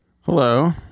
Hello